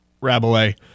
Rabelais